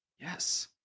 Yes